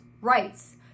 rights